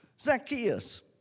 Zacchaeus